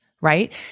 right